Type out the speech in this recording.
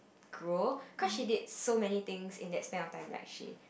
grow cause she did so many things in that span of time like she